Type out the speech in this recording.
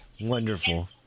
Wonderful